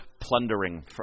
plundering